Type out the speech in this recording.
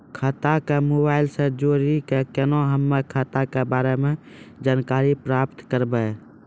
खाता के मोबाइल से जोड़ी के केना हम्मय खाता के बारे मे जानकारी प्राप्त करबे?